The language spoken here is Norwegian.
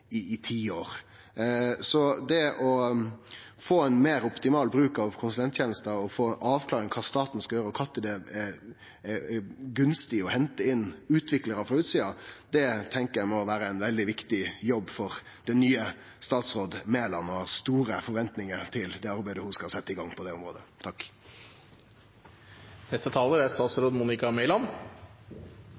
meir optimal bruk av konsulenttenester og få avklart kva staten skal gjere og kva tid det er gunstig å hente inn utviklarar frå utsida, må vere ein veldig viktig jobb for den nye statsråden, Mæland, og eg har store forventningar til arbeidet ho skal setje i gang på dette området. Tusen takk